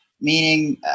meaning